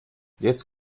jetzt